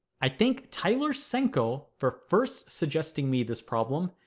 i thank tyler cenko for first suggesting me this problem,